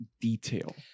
detail